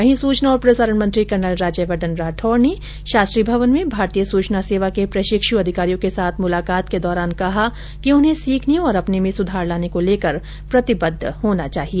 वहीं सूचना और प्रसारण मंत्री कर्नल राज्यवर्धन राठौड़ ने शास्त्री भवन में भारतीय सूचना सेवा के प्रशिक्षु अधिकारियों के साथ मुलाकात के दौरान कहा कि उन्हें सीखने और अपने में सुधार लाने को लेकर प्रतिबद्व होना चाहिए